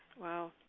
Wow